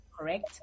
correct